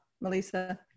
Melissa